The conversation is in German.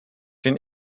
den